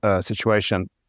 situation